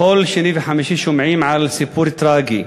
בכל שני וחמישי שומעים על סיפור טרגי.